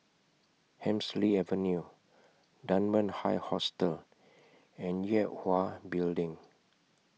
Hemsley Avenue Dunman High Hostel and Yue Hwa Building